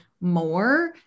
more